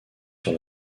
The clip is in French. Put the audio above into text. sur